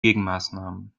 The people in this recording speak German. gegenmaßnahmen